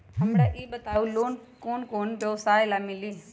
हमरा ई बताऊ लोन कौन कौन व्यवसाय ला मिली?